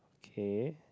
okay